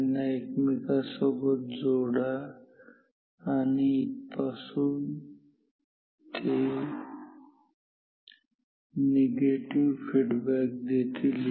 त्यांना एकमेका सोबत जोडा आणि इथपासून ते निगेटिव्ह फीडबॅक देतील